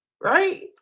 right